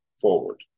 forward